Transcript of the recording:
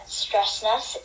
stressness